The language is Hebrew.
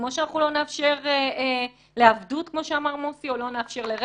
כמו שאנחנו לא נאפשר לעבדות כמו שאמר מוסי או לא נאפשר לרצח,